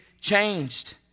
changed